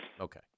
Okay